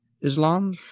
Islam